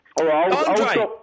Andre